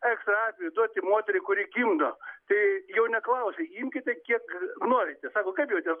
ekstra atveju duoti moteriai kuri gimdo tai jau neklausiu imkite kiek norite sako kaip jauties